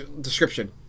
description